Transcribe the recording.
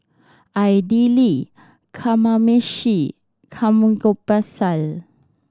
Idili Kamameshi